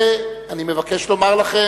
חברותי וחברי חברי